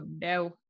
no